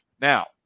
now